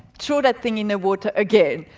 throw that thing in the water again.